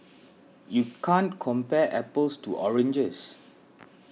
you can't compare apples to oranges